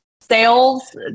sales